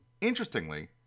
Interestingly